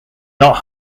not